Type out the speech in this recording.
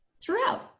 throughout